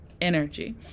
energy